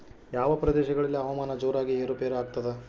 ಯಾವ ಪ್ರದೇಶಗಳಲ್ಲಿ ಹವಾಮಾನ ಜೋರಾಗಿ ಏರು ಪೇರು ಆಗ್ತದೆ?